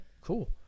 cool